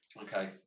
Okay